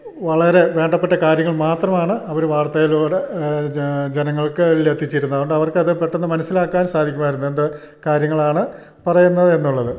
വളരെ വേണ്ടപ്പെട്ട കാര്യങ്ങൾ മാത്രമാണ് അവർ വാർത്തയിലൂടെ ജനങ്ങൾക്ക് ഇടയിൽ എത്തിച്ചിരുന്നു അതുകൊണ്ട് അവർക്ക് അത് പെട്ടെന്ന് മനസ്സിലാക്കാൻ സാധിക്കുമായിരുന്നു എന്ത് കാര്യങ്ങളാണ് പറയുന്നത് എന്നുള്ളത്